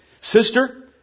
Sister